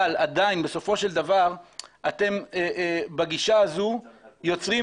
אבל עדיין בסופו של דבר בגישה הזו אתם יוצרים